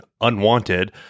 unwanted